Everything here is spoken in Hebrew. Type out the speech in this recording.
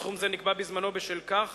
הסכום נקבע בזמנו בשל כך